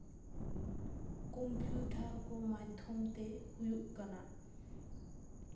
computer ᱠᱚ ᱢᱟᱫᱽᱫᱷᱚᱢᱛᱮ ᱦᱩᱭᱩᱜ ᱠᱟᱱᱟ